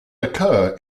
occur